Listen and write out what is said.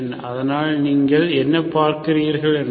அதனால் நீங்கள் என்ன பார்க்கிறீர்கள் என்றால்